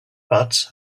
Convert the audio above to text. but